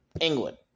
England